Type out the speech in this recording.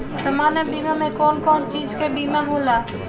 सामान्य बीमा में कवन कवन चीज के बीमा होला?